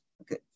Okay